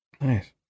Nice